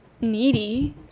needy